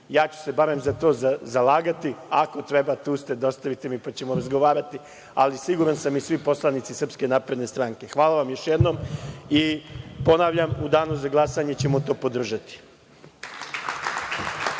Ja ću se bar za to zalagati, ako treba tu ste, dostavite mi, pa ćemo razgovarati, ali siguran sam, i svi poslanici SNS.Hvala vam još jednom i, ponavljam, u danu za glasanje ćemo to podržati.